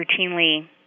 routinely